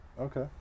Okay